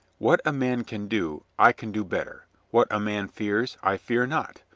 what a man can do, i can do better. what a man fears, i fear not.